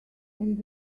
and